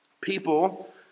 People